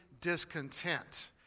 discontent